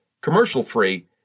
commercial-free